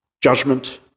Judgment